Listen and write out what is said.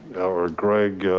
our greg,